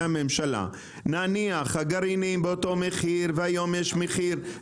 הממשלה: נניח שהגרעינים באותו המחיר והיום יש מחיר,